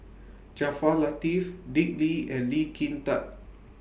Jaafar Latiff Dick Lee and Lee Kin Tat